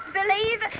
believe